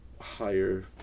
higher